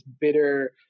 bitter